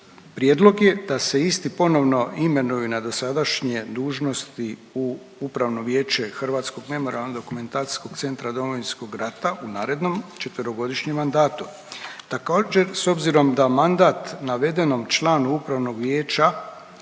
prijedlog je da se isti ponovno imenuje na dosadašnje dužnosti u Upravno vijeće Hrvatskog memorijalno-dokumentacijskog centra Domovinskog rata u narednom četverogodišnjem mandatu. Također s obzirom da mandat navedenom članu Upravnog vijeća,